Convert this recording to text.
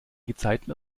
gezeiten